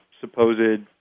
supposed